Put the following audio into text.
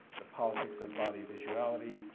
the politics of body visuality,